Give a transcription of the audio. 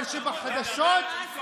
חברת הכנסת